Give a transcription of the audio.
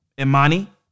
Imani